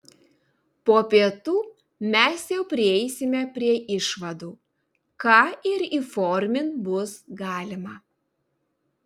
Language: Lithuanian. po pietų mes jau prieisime prie išvadų ką ir įformint bus galima